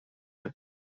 genoa